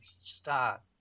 start